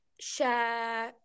share